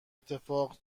اتفاق